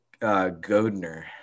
Godner